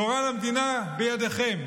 גורל המדינה בידיכם.